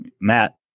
Matt